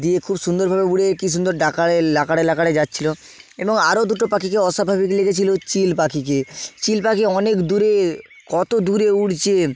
দিয়ে খুব সুন্দরভাবে উড়ে কি সুন্দর যাচ্ছিলো এবং আরও দুটো পাখিকে অস্বাভাবিক লেগেছিলো চিল পাখিকে চিল পাখি অনেক দূরে কত দূরে উড়ছে